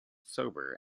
sober